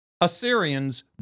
Assyrians